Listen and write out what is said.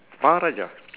மகாராஜா:makaaraajaa